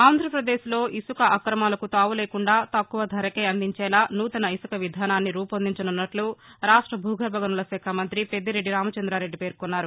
ఆంధ్రాపదేశ్లో ఇసుక అక్రమాలకు తావు లేకుండా తక్కువ ధరకే అందించేలా నూతన ఇసుక విధానాన్ని రూపొందించనున్నట్ల రాష్ట్ర భూగర్భ గనుల శాఖా మంత్రి పెద్దిరెడ్డి రామచంద్రారెడ్డి పేర్కొన్నారు